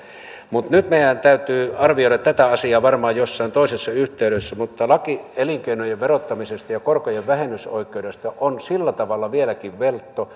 nyt meidän täytyy arvioida tätä asiaa varmaan jossain toisessa yhteydessä mutta laki elinkeinojen verottamisesta ja korkojen vähennysoikeudesta on sillä tavalla vieläkin veltto